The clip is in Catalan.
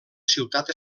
ciutat